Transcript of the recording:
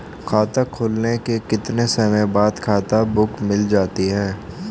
खाता खुलने के कितने समय बाद खाता बुक मिल जाती है?